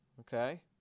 Okay